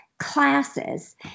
classes